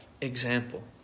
example